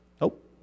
Nope